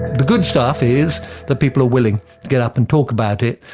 the good stuff is that people are willing to get up and talk about it.